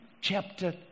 chapter